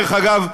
דרך אגב,